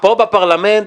ידידי, פה בפרלמנט